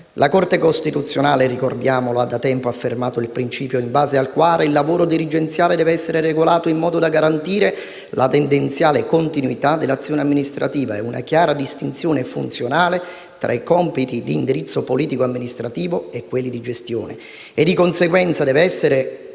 la Corte costituzionale ha da tempo affermato il principio in base al quale il lavoro dirigenziale deve essere regolato in modo da garantire la tendenziale continuità dell'azione amministrativa e una chiara distinzione funzionale tra i compiti di indirizzo politico-amministrativo e quelli di gestione e, di conseguenza, deve essere